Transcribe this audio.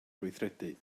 gweithredu